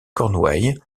cornouailles